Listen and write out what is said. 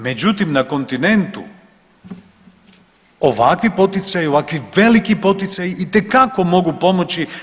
Međutim, na kontinentu ovakvi poticaji i ovakvi veliki poticaji itekako mogu pomoći.